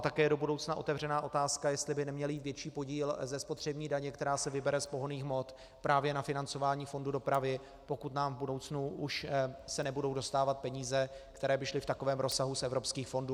Také do budoucna je otevřená otázka, jestli by neměl jít větší podíl ze spotřební daně, která se vybere z pohonných hmot, právě na financování fondu dopravy, pokud se nám v budoucnu už nebudou dostávat peníze, které by šly v takovém rozsahu z evropských fondů.